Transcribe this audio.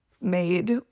MADE